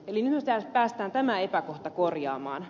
eli nyt pääsemme tämän epäkohdan korjaamaan